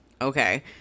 okay